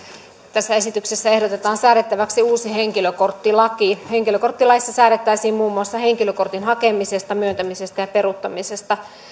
tässä esityksessä ehdotetaan säädettäväksi uusi henkilökorttilaki henkilökorttilaissa säädettäisiin muun muassa henkilökortin hakemisesta myöntämisestä ja peruuttamisesta